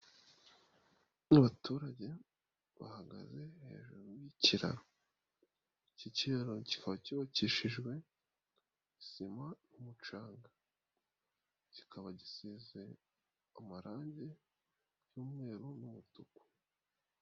Abaturage bahagaze hejuru y'ikiraro, iki kiraro kikaba cyubakishijwe sima n'umucanga, kikaba gisize amarangi y'umweru n'umutuku.